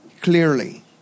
clearly